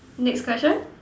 next question